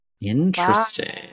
interesting